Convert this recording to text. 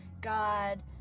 god